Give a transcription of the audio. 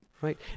Right